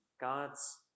God's